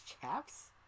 chaps